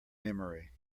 memory